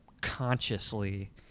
consciously